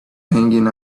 hanging